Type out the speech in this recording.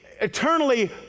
eternally